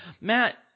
Matt